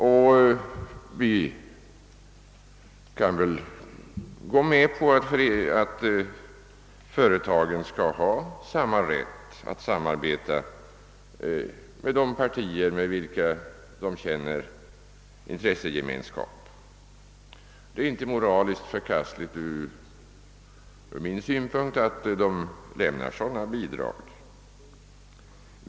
Vi kan gå med på att företagen skall ha samma rätt att samarbeta med de partier med vilka de känner intressegemenskap; det är inte moraliskt förkastligt ur min synpunkt att de lämnar sådana bidrag.